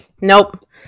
Nope